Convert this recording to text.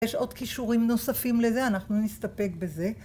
יש עוד כישורים נוספים לזה, אנחנו נסתפק בזה.